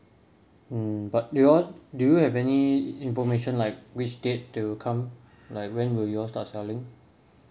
mm but do you all do you have any information like which date they will come like when will you all start selling